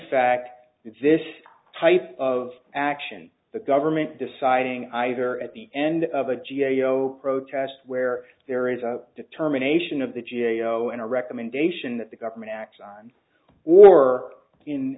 fact this type of action the government deciding either at the end of the g a o protest where there is a determination of the g a o in a recommendation that the government acts on or in